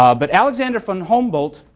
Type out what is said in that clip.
ah but alexander von humboldt